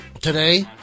today